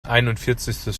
einundvierzigstes